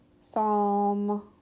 Psalm